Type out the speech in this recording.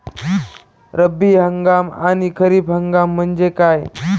रब्बी हंगाम आणि खरीप हंगाम म्हणजे काय?